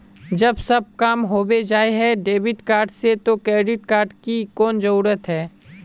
जब सब काम होबे जाय है डेबिट कार्ड से तो क्रेडिट कार्ड की कोन जरूरत है?